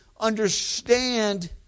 understand